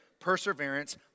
Perseverance